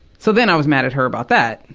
so then i was mad at her about that.